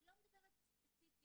אני לא מדברת ספציפית,